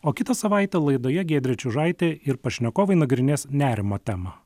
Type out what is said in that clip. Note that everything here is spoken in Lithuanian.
o kitą savaitę laidoje giedrė čiužaitė ir pašnekovai nagrinės nerimo temą